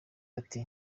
ati